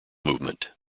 movement